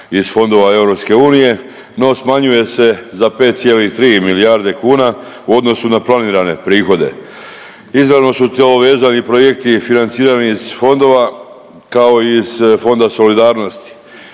iz fondova EU. No smanjuje se za 5,3 milijarde kuna u odnosu na planirane prihode. Izravno su to vezani projekti i financirani iz fondova kao i iz Fonda solidarnosti.